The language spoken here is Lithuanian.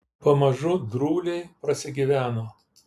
pamažu drūliai prasigyveno